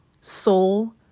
soul